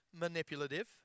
manipulative